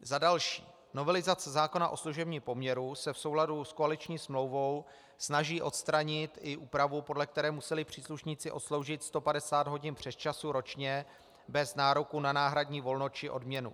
Za další, novelizace zákona o služebním poměru se v souladu s koaliční smlouvou snaží odstranit i úpravu, podle které museli příslušníci odsloužit 150 hodin přesčasů ročně bez nároku na náhradní volno či odměnu.